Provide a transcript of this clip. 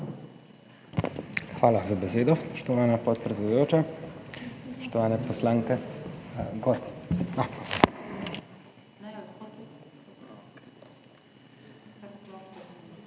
Hvala za besedo, spoštovana podpredsedujoča.